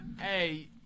hey